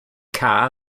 cae